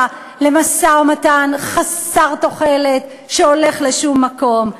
למשא-ומתן חסר תוחלת שהולך לשום מקום.